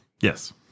yes